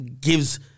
gives